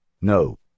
No